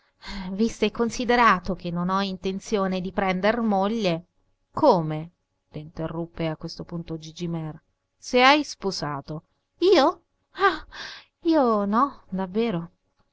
visto e considerato che non ho intenzione di prender moglie come lo interruppe a questo punto gigi mear se hai sposato io ah io no davvero